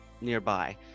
nearby